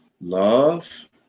love